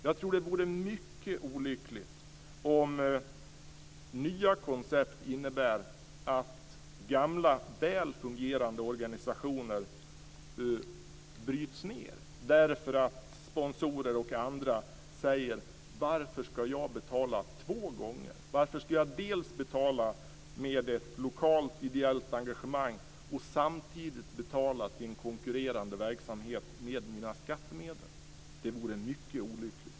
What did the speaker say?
Jag tror att det vore mycket olyckligt om nya koncept innebär att gamla, väl fungerande organisationer bryts ned därför att sponsorer och andra säger: Varför ska jag betala två gånger? Varför ska jag dels betala med ett lokalt ideellt engagemang, dels betala till en konkurrerande verksamhet med mina skattemedel? Det vore mycket olyckligt.